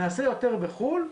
נעשה יותר בחו"ל,